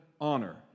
honor